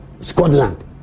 Scotland